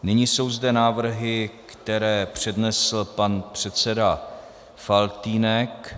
Nyní jsou zde návrhy, které přednesl pan předseda Faltýnek.